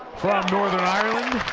northern ireland.